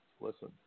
listen